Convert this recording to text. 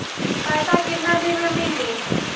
पैसा केतना दिन में मिली?